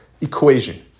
equation